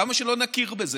למה שלא נכיר בזה?